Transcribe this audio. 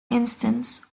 instance